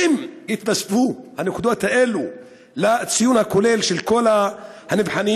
האם יתווספו הנקודות האלו לציון הכולל של כל הנבחנים?